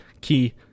key